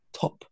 top